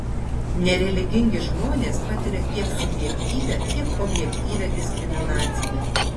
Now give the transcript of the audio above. nereligingi žmonės patiria tiek subjektyvią tiek objektyvią diskriminaciją